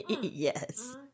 Yes